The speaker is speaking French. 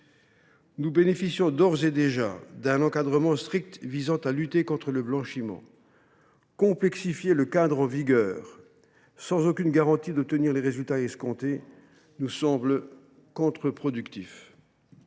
Nous bénéficions d’ores et déjà d’un encadrement strict visant à lutter contre le blanchiment. Complexifier le cadre en vigueur, sans aucune garantie de tenir les résultats escomptés, nous semble contre productif.